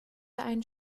einen